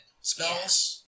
spells